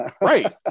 right